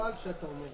חבל שאתה אומר את זה.